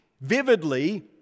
vividly